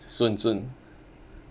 soon soon